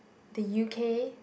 the U_K